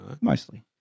Mostly